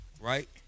right